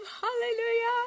hallelujah